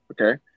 okay